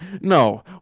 no